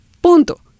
Punto